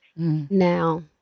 now